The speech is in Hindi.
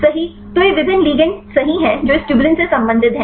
सही तो ये विभिन्न लिगेंड सही हैं जो इस ट्यूबिलिन से संबंधित हैं